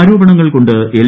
ആരോപണങ്ങൾ കൊണ്ട് എൽ